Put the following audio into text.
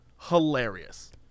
hilarious